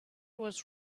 was